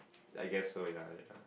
I guess so yeah yeah